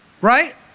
Right